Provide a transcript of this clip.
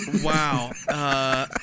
wow